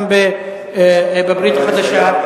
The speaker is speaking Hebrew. גם בברית החדשה.